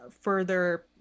further